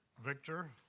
victor,